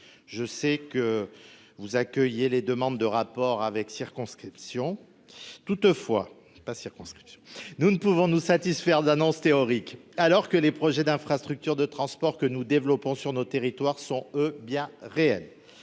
Je sais que vous accueillez les demandes de rapport avec circonspection, monsieur le ministre. Toutefois, nous ne pouvons pas nous satisfaire d’annonces théoriques, alors que les projets d’infrastructures de transport que nous développons sur nos territoires sont, eux, bien réels.